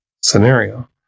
scenario